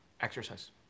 Exercise